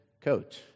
coach